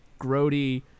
grody